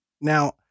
Now